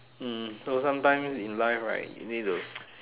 hmm so sometimes in life right you need to